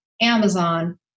Amazon